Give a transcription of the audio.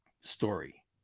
story